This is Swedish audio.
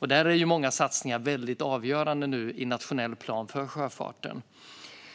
där många satsningar i den nationella planen för sjöfarten nu är avgörande.